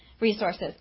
resources